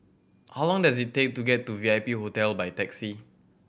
how long does it take to get to V I P Hotel by taxi